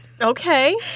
Okay